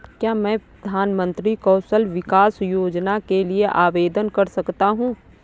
क्या मैं प्रधानमंत्री कौशल विकास योजना के लिए आवेदन कर सकता हूँ?